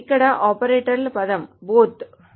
ఇక్కడ ఆపరేటివ్ పదం both